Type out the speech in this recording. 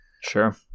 Sure